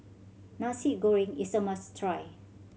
Nasi Goreng is a must try